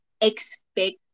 expect